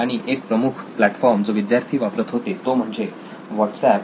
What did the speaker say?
आणि एक प्रमुख प्लॅटफॉर्म जो विद्यार्थी वापरत होते तो म्हणजे व्हाट्सएप